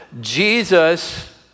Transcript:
Jesus